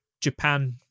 japan